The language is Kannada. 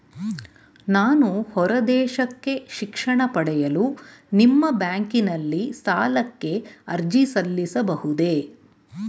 ನಾನು ಹೊರದೇಶಕ್ಕೆ ಶಿಕ್ಷಣ ಪಡೆಯಲು ನಿಮ್ಮ ಬ್ಯಾಂಕಿನಲ್ಲಿ ಸಾಲಕ್ಕೆ ಅರ್ಜಿ ಸಲ್ಲಿಸಬಹುದೇ?